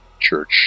church